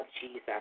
Jesus